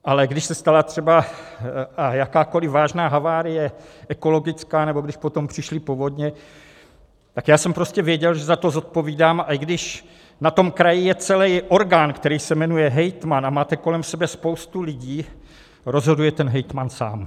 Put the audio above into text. Ale když se stala třeba jakákoli vážná havárie, ekologická, nebo když potom přišly povodně, tak jsem prostě věděl, že za to zodpovídám i když na kraji je celý orgán, který se jmenuje hejtman, a máte kolem sebe spoustu lidí, rozhoduje hejtman sám.